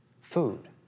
food